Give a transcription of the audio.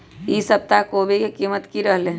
ई सप्ताह कोवी के कीमत की रहलै?